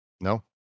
No